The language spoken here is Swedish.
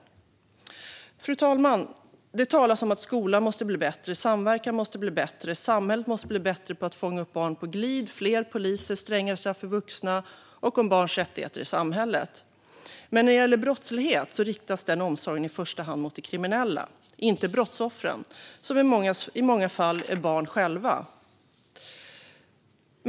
Fru talman! Det talas om att skolan måste blir bättre, att samverkan måste bli bättre och att samhället måste bli bättre på att fånga upp barn på glid. Det talas om fler poliser, strängare straff för vuxna och om barns rättigheter i samhället. Men när det gäller brottslighet riktas den omsorgen i första hand mot de kriminella, inte mot brottsoffren, som i många fall själva är barn.